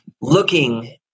looking